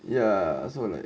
ya so like